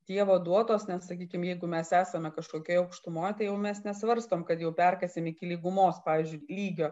dievo duotos net sakykim jeigu mes esame kažkokioj aukštumoj tai jau mes nesvarstom kad jau perkasim iki lygumos pavyzdžiui lygio